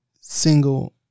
single